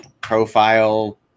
profile